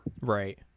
right